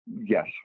Yes